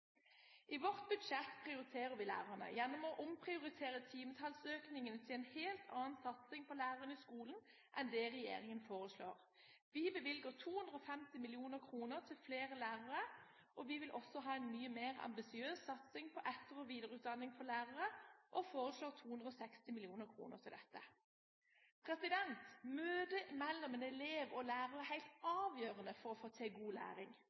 I vårt budsjett prioriterer vi lærerne gjennom å omprioritere timetallsøkningen til en helt annen satsing på lærerne i skolen enn det regjeringen foreslår. Vi bevilger 250 mill. kr til flere lærere, vi vil også ha en mye mer ambisiøs satsing på etter- og videreutdanning for lærere og foreslår 260 mill. kr til dette. Møte mellom en elev og lærer er helt avgjørende for å få til god læring.